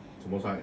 什么菜